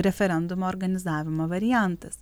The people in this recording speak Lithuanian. referendumo organizavimo variantas